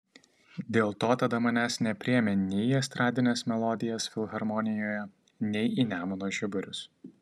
dėl to tada manęs nepriėmė nei į estradines melodijas filharmonijoje nei į nemuno žiburius